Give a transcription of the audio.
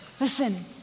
Listen